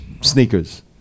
sneakers